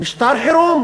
משטר חירום,